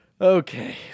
Okay